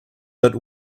but